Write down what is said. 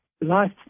life